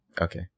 okay